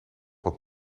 wat